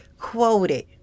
quoted